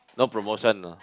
no promotion ah